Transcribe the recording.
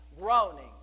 groaning